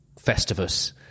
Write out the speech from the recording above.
Festivus